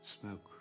...smoke